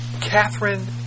Catherine